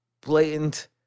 blatant